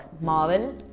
Marvel